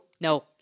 No